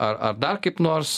ar ar dar kaip nors